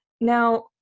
Now